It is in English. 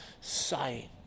sight